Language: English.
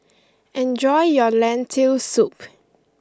enjoy your Lentil soup